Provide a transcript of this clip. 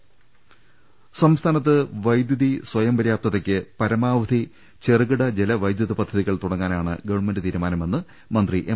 ് സംസ്ഥാനത്ത് വൈദ്യുതി സ്വയം പര്യാപ്തതക്ക് പരമാ വധി ചെറുകിട ജലവൈദ്യുത പദ്ധതികൾ തുടങ്ങാനാണ് ഗവൺമെന്റ് തീരുമാനമെന്ന് മന്ത്രി എം